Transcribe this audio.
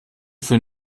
für